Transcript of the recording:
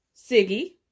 Siggy